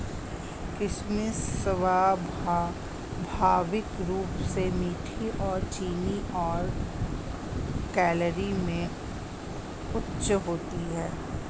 किशमिश स्वाभाविक रूप से मीठी और चीनी और कैलोरी में उच्च होती है